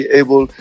able